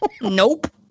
Nope